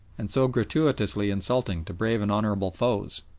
and so gratuitously insulting to brave and honourable foes